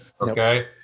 okay